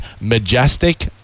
majestic